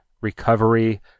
recovery